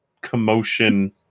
commotion